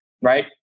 right